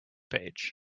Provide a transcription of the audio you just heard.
page